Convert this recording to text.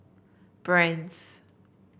Brand's